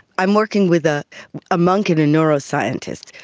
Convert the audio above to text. i'm working with ah a monk and a neuroscientist.